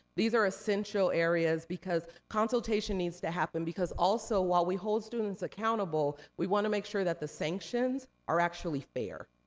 these are essential areas, because consultation needs to happen, because also while we hold students accountable, we wanna make sure that the sanctions are actually fair.